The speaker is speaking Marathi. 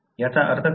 याचा अर्थ काय